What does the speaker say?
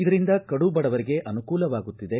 ಇದರಿಂದ ಕಡುಬಡುವರಿಗೆ ಅನುಕೂಲವಾಗುತ್ತಿದೆ